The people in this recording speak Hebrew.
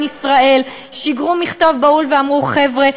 ישראל שיגרו מכתב בהול ואמרו: חבר'ה,